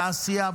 בתעשייה,